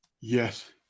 Yes